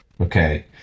Okay